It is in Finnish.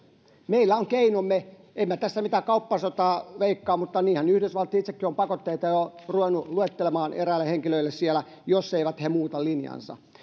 meillä on keinomme en minä tässä mitään kauppasotaa veikkaa mutta niinhän yhdysvallat on itsekin pakotteita jo ruvennut luettelemaan eräille henkilöille siellä jos eivät he muuta linjaansa